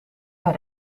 naar